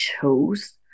chose